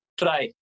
try